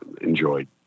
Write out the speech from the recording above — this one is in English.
enjoyed